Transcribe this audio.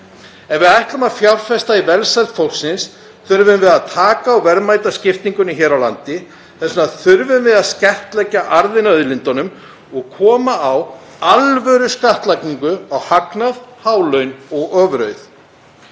Ef við ætlum að fjárfesta í velsæld fólksins þurfum við að taka á verðmætaskiptingunni hér á landi. Þess vegna þurfum við að skattleggja arðinn af auðlindum og koma á alvöruskattlagningu á hagnað, hálaun og ofurauð.